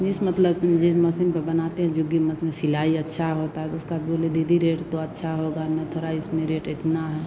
जिस मतलब जो मसीन पर बनाते हैं जुग्गी मस में सिलाई अच्छी होती है तो उसका बोले दीदी रेट तो अच्छा होगा ना थोड़ा इसमें रेट इतना है